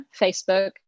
Facebook